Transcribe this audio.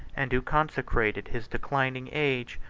and who consecrated his declining age,